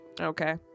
Okay